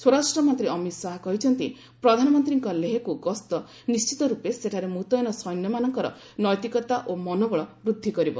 ସ୍ୱରାଷ୍ଟ୍ର ମନ୍ତ୍ରୀ ଅମିତ୍ ଶାହା କହିଛନ୍ତି ପ୍ରଧାନମନ୍ତ୍ରୀଙ୍କ ଲେହ୍କୁ ଗସ୍ତ ନିର୍ଣ୍ଣିତ ରୂପେ ସେଠାରେ ମୁତୟନ ସୈନ୍ୟମାନଙ୍କର ନୈତିକତା ଓ ମନୋବଳ ବୃଦ୍ଧି କରିବ